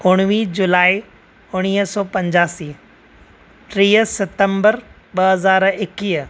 उणिवीह जूलाई उणिवीह सौ पंजासी टीह सितम्बर ब॒ हज़ार एकवीह